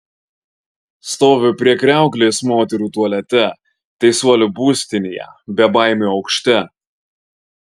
stoviu prie kriauklės moterų tualete teisuolių būstinėje bebaimių aukšte